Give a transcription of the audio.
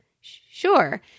Sure